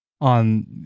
on